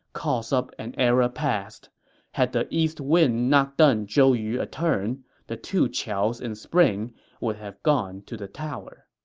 calls up an era past had that east wind not done zhou yu a turn the two qiaos in spring would have gone to the tower